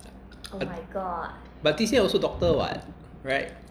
but T_C_M also doctor what right